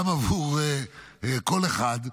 גם עבור כל אחד,